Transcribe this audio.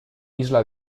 isla